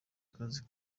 akazi